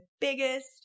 biggest